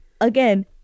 again